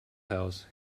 house